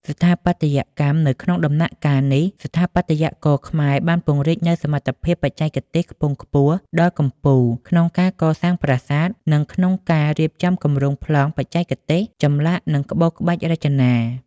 ស្ថាបត្យកម្ម នៅក្នុងដំណាក់កាលនេះ ស្ថាបត្យករខ្មែរបានពង្រីកនូវសមត្ថភាពបច្ចេកទេសខ្ពង់ខ្ពស់ដល់កំពូលក្នុងការកសាងប្រាសាទ និង ក្នុងការ រៀបចំគម្រោងប្លង់បច្ចេកទេស ចម្លាក់និងក្បូរក្បាច់រចនា។